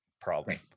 problem